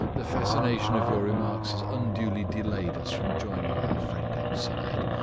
the fascination of your remarks has unduly delayed us from joining our friend outside.